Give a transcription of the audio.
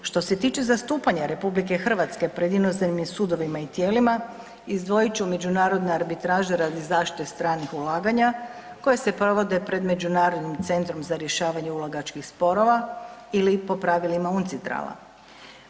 Što se tiče zastupanja RH pred inozemnim sudovima i tijelima, izdvojit ću međunarodna arbitraža radi zaštite stranih ulaganja koje se provode pred Međunarodnim centrom za rješavanje ulagačkih sporova ili po pravilima UNCITRAL-a.